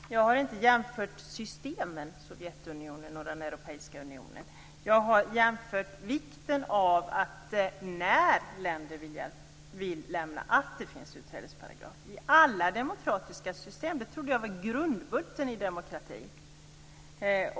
Fru talman! Jag har inte jämfört systemen Sovjetunionen och den europeiska unionen. Jag talade om vikten av att det, när länder vill lämna, finns en utträdesparagraf i alla demokratiska system. Det trodde jag var grundbulten i en demokrati.